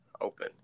open